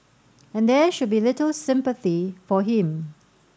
and there should be little sympathy for him